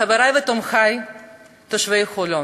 חברי ותומכי תושבי חולון,